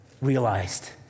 realized